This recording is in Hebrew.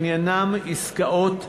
עניינם עסקאות יצוא,